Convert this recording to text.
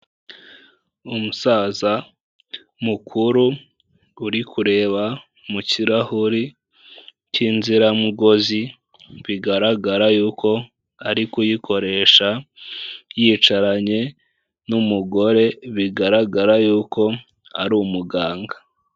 Umusaza mukuru uri kureba mu kirahuri cy'inziramugozi, bigaragara y'uko ari kuyikoresha yicaranye n'umugore, bigaragara y'uko ari umuganga.